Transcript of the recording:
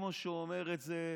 כמו שהוא אומר את זה,